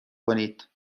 کنید